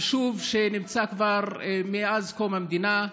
יישוב שנמצא כבר מאז קום המדינה,